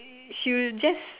she will just